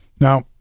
Now